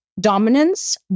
dominance